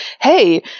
hey